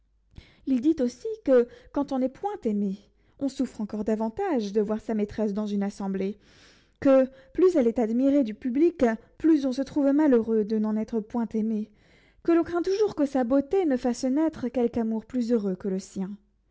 il dit aussi que quand on n'est point aimé on souffre encore davantage de voir sa maîtresse dans une assemblée que plus elle est admirée du public plus on se trouve malheureux de n'en être point aimé que l'on craint toujours que sa beauté ne fasse naître quelque amour plus heureux que le sien